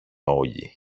όλοι